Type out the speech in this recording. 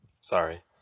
Sorry